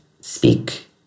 speak